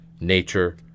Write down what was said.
nature